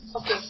Okay